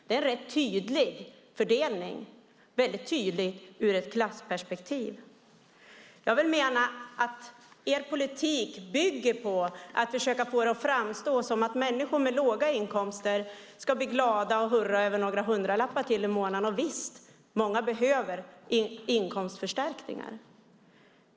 Det är en tydlig fördelning ur ett klassperspektiv. Er politik bygger på att försöka få det att framstå som att människor med låga inkomster ska bli glada och hurra över några hundralappar mer i månaden. Visst är det många som behöver inkomstförstärkningar.